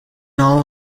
all